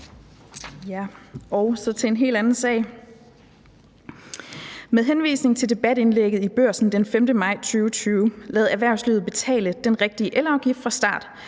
Med henvisning til debatindlægget i Børsen den 5. maj 2020 »Lad erhvervslivet betale den rigtige elafgift fra start«